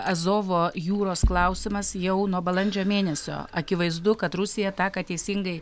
azovo jūros klausimas jau nuo balandžio mėnesio akivaizdu kad rusija tą ką teisingai